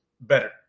better